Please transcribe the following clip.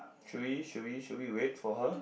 should we should we should we wait for her